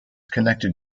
connected